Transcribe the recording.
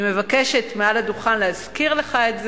אני מבקשת מעל הדוכן להזכיר לך את זה,